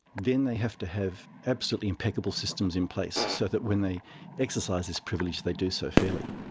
then they have to have absolutely impeccable systems in place so that when they exercise these privileges they do so fairly.